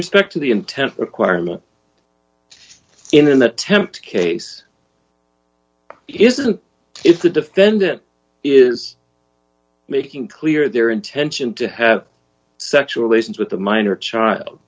respect to the intent requirement in an attempt case isn't if the defendant is making clear their intention to have sexual relations with a minor child